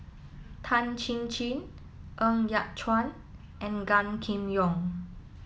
Tan Chin Chin Ng Yat Chuan and Gan Kim Yong